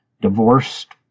divorced